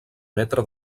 metre